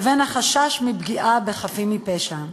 לבין החשש מפגיעה בחפים מפשע.